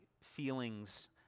feelings